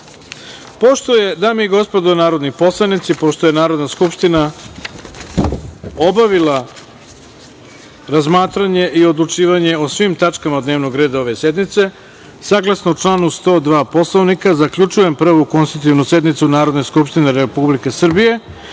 slučaju. Dame i gospodo narodni poslanici, pošto je Narodna skupština obavila razmatranje i odlučivanje o svim tačkama dnevnog reda ove sednice, saglasno članu 102. Poslovnika, zaključujem Prvu konstitutivnu sednicu Narodne skupštine Republike Srbije